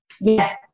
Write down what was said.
Yes